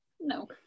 No